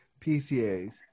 PCAs